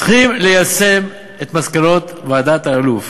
צריכים ליישם את מסקנות ועדת אלאלוף.